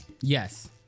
Yes